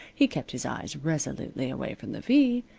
he kept his eyes resolutely away from the v,